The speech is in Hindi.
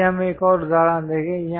आइए हम एक और उदाहरण देखें